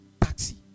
taxi